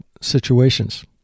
situations